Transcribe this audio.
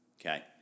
Okay